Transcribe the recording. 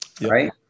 right